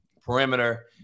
perimeter